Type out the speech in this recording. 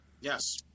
Yes